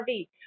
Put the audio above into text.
RV